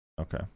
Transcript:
okay